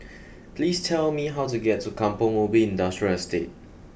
please tell me how to get to Kampong Ubi Industrial Estate